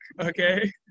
Okay